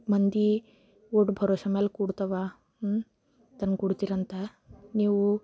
ಮಂದಿ ಊಟ ಭರೋಸೆ ಮ್ಯಾಲೆ ಕೂಡ್ತಾವೆ ತಂದು ಕೊಡ್ತೀರಂತೆ ನೀವು